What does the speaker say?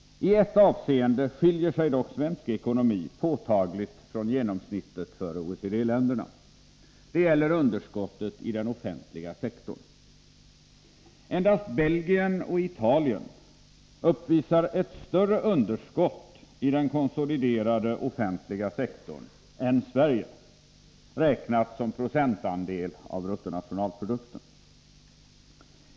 I ett avseende skiljer sig dock svensk ekonomi påtagligt från genomsnittet för OECD-länderna. Det gäller underskottet i den offentliga sektorn. Endast Belgien och Italien uppvisar ett större underskott i den konsoliderade offentliga sektorn än Sverige, räknat som procentandel av bruttonationalprodukten.